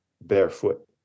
barefoot